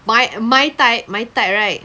my my type my type right